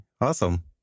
Awesome